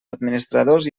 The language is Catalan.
administradors